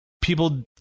people